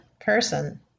person